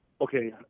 Okay